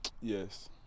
Yes